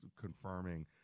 confirming